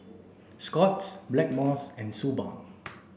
Scott's Blackmores and Suu Balm